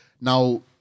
Now